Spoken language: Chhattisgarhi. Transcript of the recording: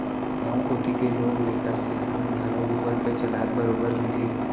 गॉंव कोती के लोग लइका सियान मन घलौ गुगल पे चलात बरोबर मिलहीं